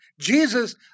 Jesus